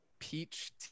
Peach